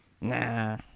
Nah